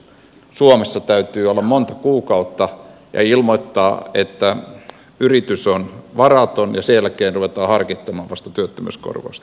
suomessa täytyy olla monta kuukautta ja ilmoittaa että yritys on varaton ja sen jälkeen ruvetaan harkitsemaan vasta työttömyyskorvausta